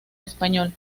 español